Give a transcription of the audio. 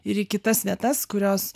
ir į kitas vietas kurios